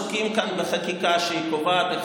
ואנחנו עסוקים כאן בחקיקה שקובעת את